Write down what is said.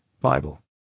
Bible